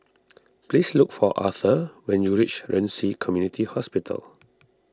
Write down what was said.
please look for Arthur when you reach Ren Ci Community Hospital